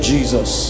Jesus